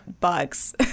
bugs